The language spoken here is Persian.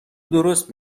درست